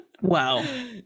Wow